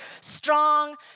strong